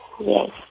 Yes